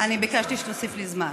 ביקשתי שתוסיף לי זמן.